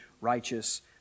righteous